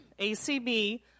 ACB